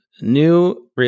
new